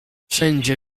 wszędzie